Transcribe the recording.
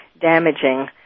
damaging